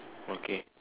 okay